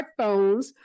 smartphones